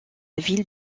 ville